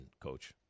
Coach